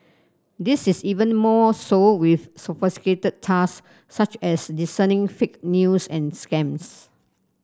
this is even more so with sophisticated task such as discerning fake news and scams